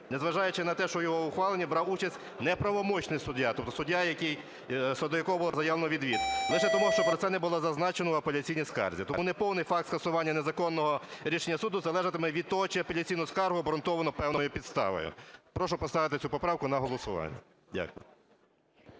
незважаючи на те, що в його ухваленні брав участь неправомочний суддя, тобто суддя, щодо якого було заявлено відвід, лише тому, що про це не було зазначено в апеляційній скарзі. Тому неповний факт скасування незаконного рішення суду залежатиме від того, чи апеляційну скаргу обґрунтовано певною підставою. Прошу поставити цю поправку на голосування. Дякую.